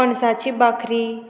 पणसाची भाकरी